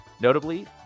Notably